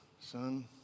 son